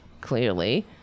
clearly